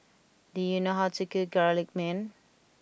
do you know how to cook Garlic Naan